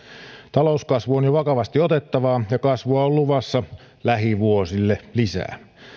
talouskasvu on jo vakavasti otettavaa ja kasvua on luvassa lähivuosille lisää